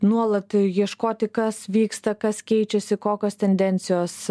nuolat ieškoti kas vyksta kas keičiasi kokios tendencijos